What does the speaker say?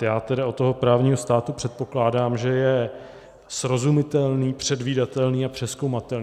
Já tedy od toho právního státu předpokládám, že je srozumitelný, předvídatelný a přezkoumatelný.